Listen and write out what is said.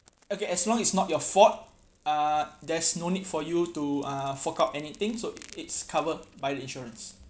okay as long it's not your fault uh there's no need for you to uh fork out anything so it is covered by the insurance